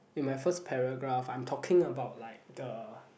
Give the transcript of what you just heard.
in my first paragraph I'm talking about like the